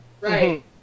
Right